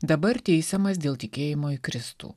dabar teisiamas dėl tikėjimo į kristų